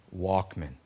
Walkman